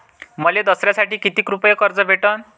मले दसऱ्यासाठी कितीक रुपये कर्ज भेटन?